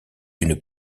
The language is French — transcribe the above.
une